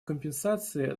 компенсации